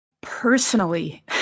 Personally